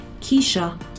Keisha